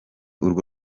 urwo